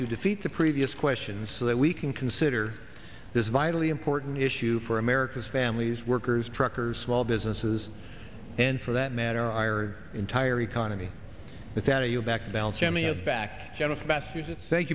to defeat the previous question so that we can consider this vitally important issue for america's families workers truckers small businesses and for that matter i or entire economy